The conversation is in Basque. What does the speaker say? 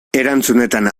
erantzunetan